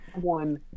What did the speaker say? one